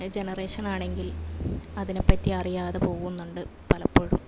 ജനറേഷനാണെങ്കിൽ അതിനെപ്പറ്റി അറിയാതെ പോകുന്നുണ്ട് പലപ്പോഴും